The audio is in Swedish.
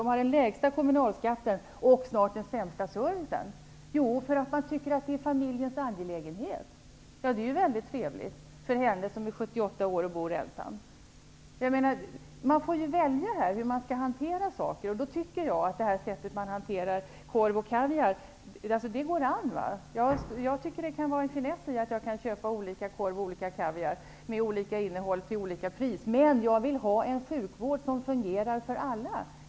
Täby har den lägsta kommunalskatten och snart den sämsta servicen. Man tycker att det är familjens angelägenhet. Det är väldigt trevligt för min mamma som är 78 år och bor ensam. Man får välja hur man skall hantera saker. Jag tycker att det sätt på vilket man hanterar korv och kaviar går an. Det kan vara en finess i att jag kan köpa olika korv och kaviar med olika innehåll till olika pris. Men jag vill ha en sjukvård som fungerar för alla.